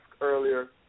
earlier